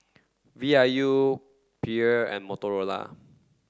V I U Perrier and Motorola